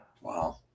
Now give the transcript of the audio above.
wow